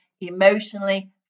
emotionally